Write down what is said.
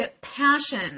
passion